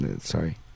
sorry